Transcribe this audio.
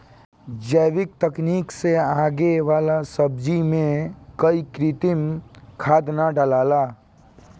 जैविक तकनीक से उगे वाला सब्जी में कोई कृत्रिम खाद ना डलाला